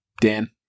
Dan